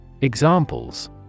Examples